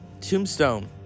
Tombstone